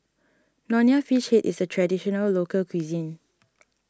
Nonya Fish Head is a Traditional Local Cuisine